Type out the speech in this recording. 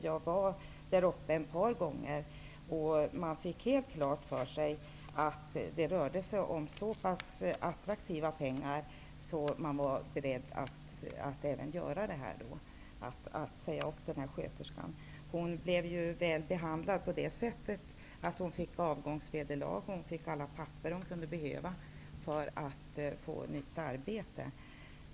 Jag var där uppe ett par gånger och fick helt klart för mig att det rörde sig om så pass attraktiva pengar att man var beredd att även säga upp sjuksköterskan. Hon blev väl behandlad på det sättet att hon fick avgångsvederlag, och hon fick alla papper hon kunde behöva för att få ett nytt arbete.